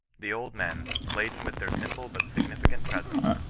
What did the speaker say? the old men, laden with their simple but significant presents,